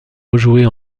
rejouer